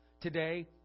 Today